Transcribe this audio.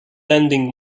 lending